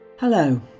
Hello